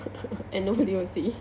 and nobody will see